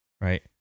right